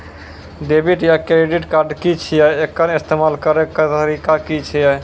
Debit या credit card की छियै? एकर इस्तेमाल करैक तरीका की छियै?